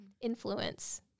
influence